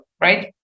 right